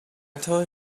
told